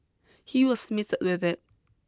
he was smitten with it